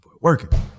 Working